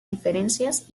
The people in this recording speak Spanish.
diferencias